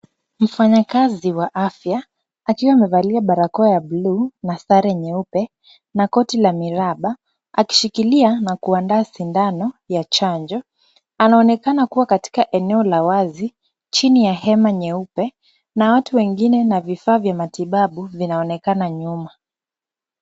Mfanyakazi wa afya akiwa amevalia barakoa ya bluu na sare nyeupe na koti la miraba akishikilia na kuandaa sindano ya chanjo. Anaonekana kuwa katika eneo la wazi chini ya hema nyeupe na watu wengine na vifaa vya matibabu vinaonekana nyuma.